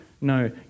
No